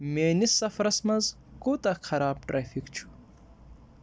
میٛٲنِس سفرس منٛز کوٗتاہ خراب ٹریفِک چھُ